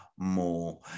more